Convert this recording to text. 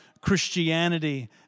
Christianity